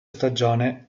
stagione